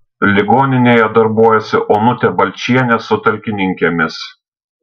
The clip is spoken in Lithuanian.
ligoninėje darbuojasi onutė balčienė su talkininkėmis